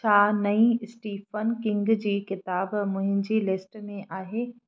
छा नईं Stephen King जी किताब मुंहिंजी लिस्ट में आहे